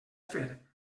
fer